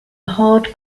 hard